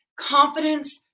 Confidence